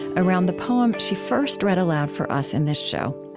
around the poem she first read aloud for us in this show.